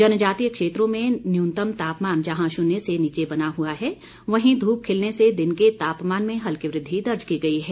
जनजातीय क्षेत्रों में जहां न्यूनतम तापमान शुन्य से नीचे बना हुआ है वहीं धूप खिलने से दिन के तापमान में हल्की वृद्धि दर्ज की गई है